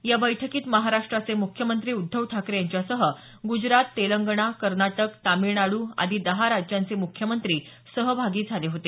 या बैठकीत महाराष्ट्राचे मुख्यमंत्री उद्धव ठाकरे यांच्यासह गुजरात तेलंगणा कर्नाटक तामिळनाडू आदी दहा राज्यांचे मुख्यमंत्री सहभागी झाले होते